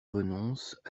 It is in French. renoncent